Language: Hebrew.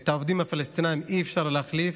את העובדים הפלסטינים אי-אפשר להחליף.